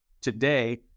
today